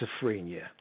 schizophrenia